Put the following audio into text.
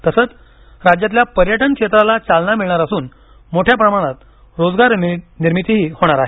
तसंच राज्यातल्या पर्यटन क्षेत्राला चालना मिळणार असून मोठ्या प्रमाणात रोजगार निर्मितीही होणार आहे